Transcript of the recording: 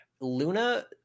Luna